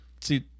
see